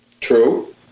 True